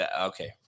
Okay